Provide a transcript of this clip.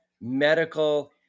medical